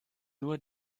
nur